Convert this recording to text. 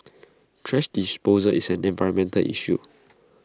thrash disposal is an environmental issue